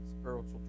spiritual